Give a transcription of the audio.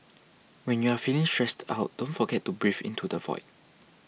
when you are feeling stressed out don't forget to breathe into the void